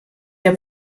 der